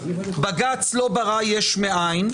בג"ץ לא ברא יש מאין,